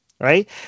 Right